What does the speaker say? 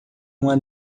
uma